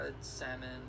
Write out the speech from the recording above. salmon